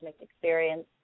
experience